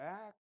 Back